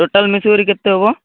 total ମିଶିକରି କେତେ ହେବ